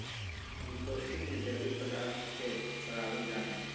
composting में जैविक पदार्थ के सड़ाबल जा हइ